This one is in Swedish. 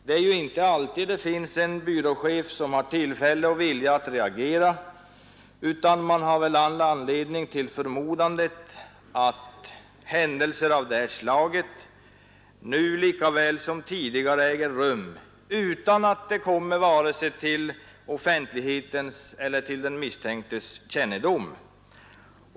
Det finns ju inte alltid en chef som har tillfälle och vilja att reagera, utan man har väl all anledning till förmodandet att händelser av det här slaget nu lika väl som tidigare äger rum utan att de kommer vare sig till offentlighetens eller till den misstänktes kännedom.